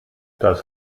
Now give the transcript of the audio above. das